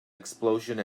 explosion